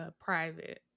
private